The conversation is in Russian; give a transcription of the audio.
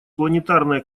планетарная